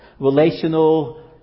Relational